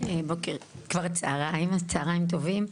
צהרים טובים.